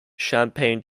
champagne